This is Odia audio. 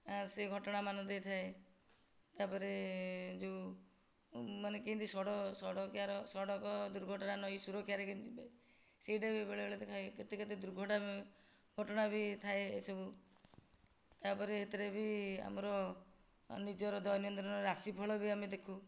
ଆ ସେ ଘଟଣାମାନ ଦେଇଥାଏ ତା'ପରେ ଯେଉଁ ମାନେ କେମିତି ସଡ଼ ସଡ଼କାର ସଡ଼କ ଦୁର୍ଘଟଣା ନହୋଇ ସୁରକ୍ଷାରେ କେମିତି ଯିବେ ସେଇଟା ବି ବେଳେବେଳେ ଦେଖାଏ କେତେବେଳେ ଦୁର୍ଘଟଣା ବି ଘଟଣା ବି ଥାଏ ସବୁ ତା'ପରେ ସେଥିରେ ବି ଆମର ନିଜର ଦୈନଦିନର ରାଶିଫଳ ବି ଆମେ ଦେଖୁ